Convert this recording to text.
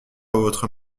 votre